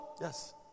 Yes